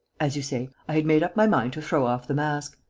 as you say. i had made up my mind to throw off the mask.